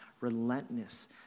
relentless